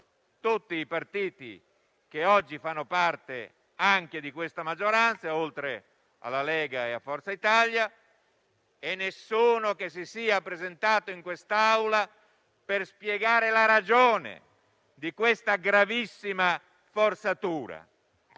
tutti i partiti che oggi fanno parte anche di questa maggioranza, oltre alla Lega e a Forza Italia. Nessuno, però, si è presentato in quest'Aula per spiegare la ragione di tale gravissima forzatura.